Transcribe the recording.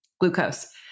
glucose